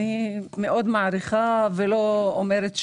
אני מעריכה את זה מאוד ולא אומרת שלא,